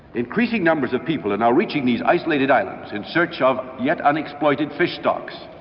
increasing numbers of people are now reaching these isolated islands in search of yet unexploited fish stocks,